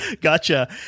gotcha